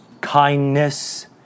kindness